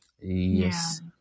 Yes